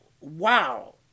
Wow